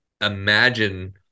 imagine